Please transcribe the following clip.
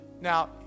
Now